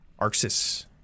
Arxis